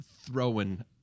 throwing